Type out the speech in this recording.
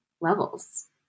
levels